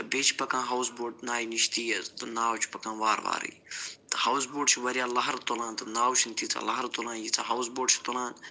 تہٕ بیٚیہِ چھِ پکان ہاوُس بوٹ نایہِ نِش تیز تہٕ ناو چھِ پکان وار وارٕے تہٕ ہاوُس بوٹ چھِ وارِیاہ لہر تُلان تہٕ ناوٕ چھِنہٕ تیٖژاہ لہرٕ تُلان ییٖژاہ ہاوُس بوٹ چھِ تُلان